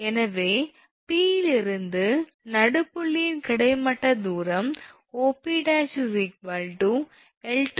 எனவே P இலிருந்து நடுப்புள்ளியின் கிடைமட்ட தூரம் 𝑂𝑃′𝐿2−𝑥12502−−123